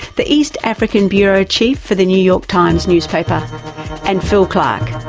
the east african bureau chief for the new york times newspaper and phil clark,